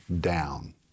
down